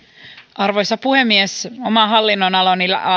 arvoisa puhemies oman hallinnonalani